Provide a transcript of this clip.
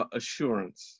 assurance